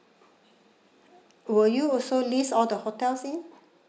will you also list all the hotels in